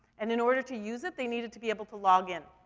and in order to use it, they needed to be able to log in.